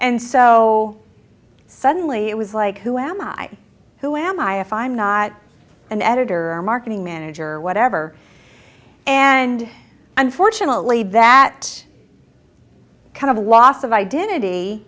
and so suddenly it was like who am i who am i if i'm not an editor or marketing manager or whatever and unfortunately that kind of loss of identity